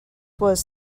was